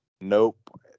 Nope